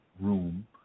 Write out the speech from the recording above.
room